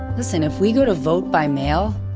listen, if we go to vote by mail,